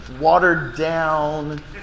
watered-down